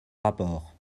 rapport